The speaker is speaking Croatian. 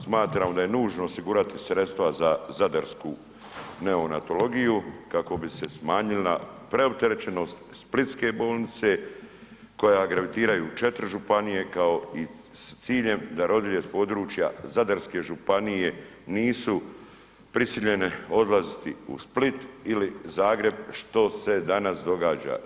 Smatramo da je nužno osigurati sredstva za zadarsku neonatalogiju kako bi se smanjila preopterećenost splitske bolnice koja gravitiraju 4 županije kao i s ciljem da rodilje s područja Zadarske županije nisu prisiljene odlaziti u Split ili Zagreb što se danas događa.